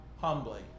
humbly